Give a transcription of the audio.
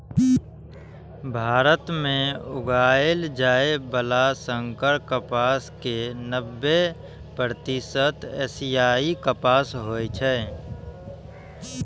भारत मे उगाएल जाइ बला संकर कपास के नब्बे प्रतिशत एशियाई कपास होइ छै